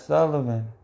Sullivan